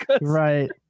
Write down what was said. Right